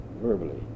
verbally